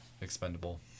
expendable